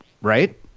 right